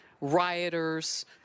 rioters